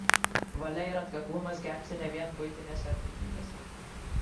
valia ir atkaklumas gelbsti ne vien buitinėse aplinkybėse